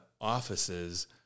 offices